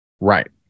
Right